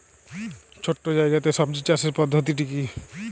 ছোট্ট জায়গাতে সবজি চাষের পদ্ধতিটি কী?